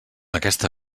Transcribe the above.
aquesta